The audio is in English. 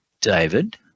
David